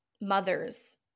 mothers